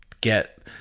get